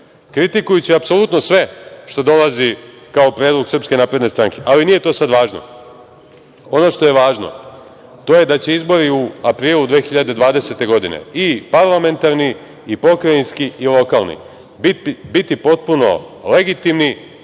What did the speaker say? kritikujući apsolutno sve što dolazi kao predlog SNS. Ali, nije to sad važno. Ono što je važno, to je da će izbori u aprilu 2020. godine, i parlamentarni i pokrajinski i lokalni, biti potpuno legitimni,